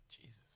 Jesus